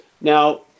Now